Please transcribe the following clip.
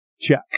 check